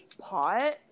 pot